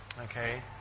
Okay